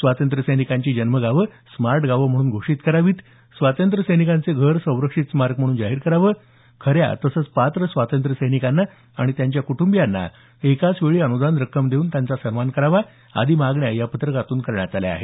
स्वातंत्र्यसैनिकांची जन्मगावं स्मार्ट गाव म्हणून घोषित करावीत स्वातंत्र्य सैनिकांचे घर संरक्षित स्मारक म्हणून जाहीर करावं खर्या तसंच पात्र स्वातंत्र्य सैनिकांना आणि त्यांच्या कुटंबीयांना एकाच वेळी अनुदान रक्कम देऊन त्यांचा सन्मान करावा आदी मागण्या या पत्रकातून करण्यात आल्या आहेत